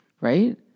Right